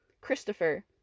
Christopher